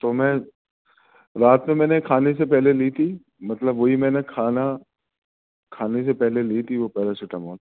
تو میں رات میں میں نے کھانے سے پہلے لی تھی مطلب وہی میں نے کھانا کھانے سے پہلے لی تھی وہ پیراسیٹامال